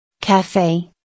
Cafe